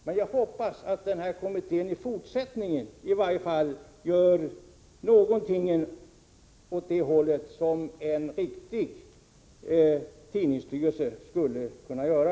Men jag hoppas att kommittén i fortsättningen skall göra någonting av vad en riktig tidningsstyrelse skulle kunna göra.